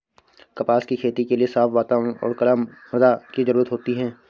कपास की खेती के लिए साफ़ वातावरण और कला मृदा की जरुरत होती है